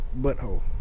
Butthole